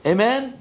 Amen